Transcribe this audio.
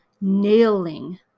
nailing